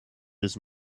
his